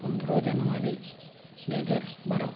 ପନ୍ଦର ଜାନୟାରୀ ଦୁଇହଜାର ବାର